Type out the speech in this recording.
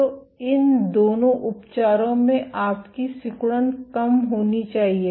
तो इन दोनों उपचारों में आपकी सिकुड़न कम होनी चाहिए